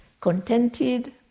contented